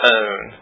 own